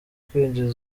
kwinjiza